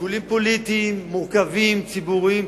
שיקולים פוליטיים מורכבים, ציבוריים.